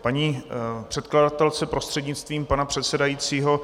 K paní předkladatelce prostřednictvím pana předsedajícího.